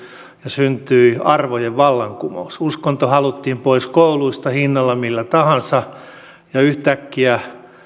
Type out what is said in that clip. ja syntyi arvojen vallankumous uskonto haluttiin pois kouluista hinnalla millä tahansa ja yhtäkkiä